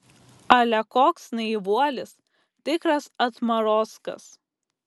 ale koks naivuolis tikras atmarozkas